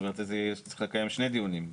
כלומר, צריך לקיים שני דיונים.